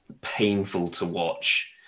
painful-to-watch